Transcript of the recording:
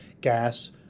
gas